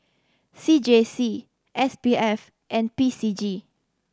C J C S P F and P C G